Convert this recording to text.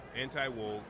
anti-woke